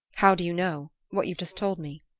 how do you know what you've just told me?